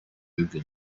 wibwe